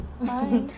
Bye